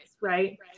right